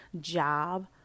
job